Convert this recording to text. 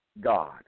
God